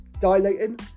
dilating